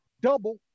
double